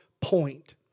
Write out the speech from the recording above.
point